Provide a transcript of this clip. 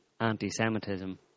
anti-Semitism